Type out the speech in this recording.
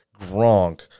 Gronk